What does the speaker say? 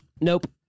Nope